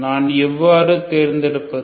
நான் எவ்வாறு தேர்ந்தெடுப்பது